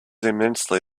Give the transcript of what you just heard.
immensely